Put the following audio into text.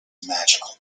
magical